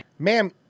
Ma'am